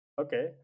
Okay